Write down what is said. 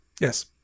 Yes